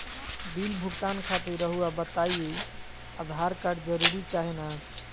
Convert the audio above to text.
Bill भुगतान खातिर रहुआ बताइं आधार कार्ड जरूर चाहे ना?